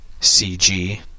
CG